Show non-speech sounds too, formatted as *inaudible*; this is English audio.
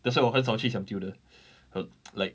that's why 我很少去 siam diu 的 *noise* like